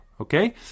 Okay